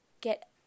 get